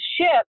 ship